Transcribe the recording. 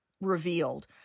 revealed